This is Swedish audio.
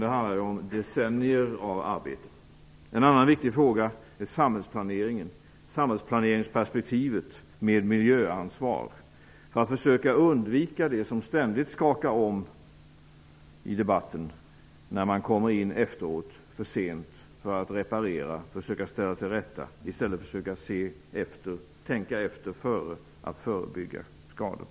Det handlar om decennier av arbete. En annan viktig fråga är samhällsplaneringen, att inta ett samhällsplaneringsperspektiv med miljöansvar. Detta är viktigt för att försöka undvika det som ständigt skakar om i debatten, när man kommer in efteråt, för sent för att reparera och försöka ställa till rätta. I stället måste vi försöka se och tänka efter före för att förebygga skador.